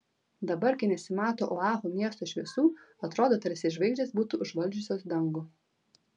dabar kai nesimato oahu miesto šviesų atrodo tarsi žvaigždės būtų užvaldžiusios dangų